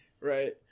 Right